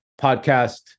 podcast